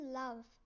love